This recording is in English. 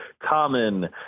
common